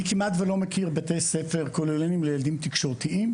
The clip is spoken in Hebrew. אני כמעט ולא מכיר בתי ספר כוללניים לילדים תקשורתיים,